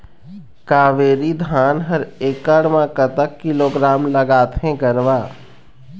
कावेरी धान हर एकड़ म कतक किलोग्राम लगाथें गरवा?